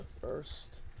first